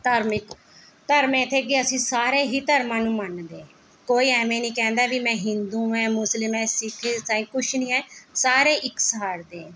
ਧਾਰਮਿਕ ਧਰਮ ਇੱਥੇ ਕਿ ਅਸੀਂ ਸਾਰੇ ਹੀ ਧਰਮਾਂ ਨੂੰ ਮੰਨਦੇ ਹਾਂ ਕੋਈ ਐਂਵੇ ਨੀ ਕਹਿੰਦਾ ਵੀ ਮੈਂ ਹਿੰਦੂ ਹਾਂ ਮੁਸਲਿਮ ਹਾਂ ਸਿੱਖ ਹਾਂ ਈਸਾਈ ਕੁਝ ਨਹੀਂ ਹੈ ਸਾਰੇ ਇਕਸਾਰ ਦੇ ਹਨ